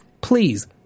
please